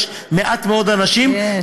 יש מעט מאוד אנשים, יש.